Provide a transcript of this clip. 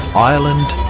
ireland,